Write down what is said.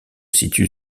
situe